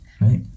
right